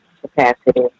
capacity